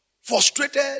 frustrated